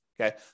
Okay